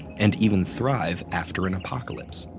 and even thrive after an apocalypse.